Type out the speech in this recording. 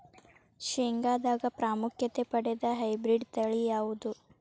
ಶೇಂಗಾದಾಗ ಪ್ರಾಮುಖ್ಯತೆ ಪಡೆದ ಹೈಬ್ರಿಡ್ ತಳಿ ಯಾವುದು?